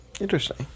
Interesting